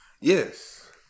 Yes